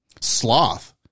Sloth